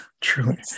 truly